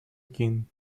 king